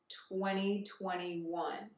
2021